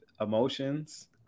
emotions